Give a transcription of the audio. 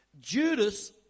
Judas